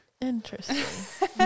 interesting